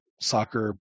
soccer